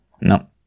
no